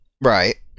Right